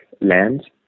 Land